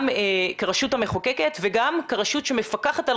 גם כרשות המחוקקת וגם כרשות שמפקחת על